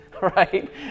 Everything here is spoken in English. right